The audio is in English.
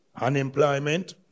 Unemployment